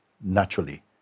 naturally